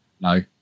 No